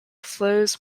flows